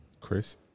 Chris